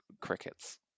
crickets